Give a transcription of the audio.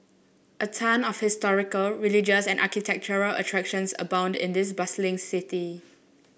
a ton of historical religious and architectural attractions abound in this bustling city